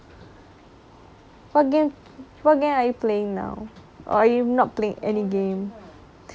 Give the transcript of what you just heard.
what game what game are you playing now or are you not playing anything now